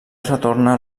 retorna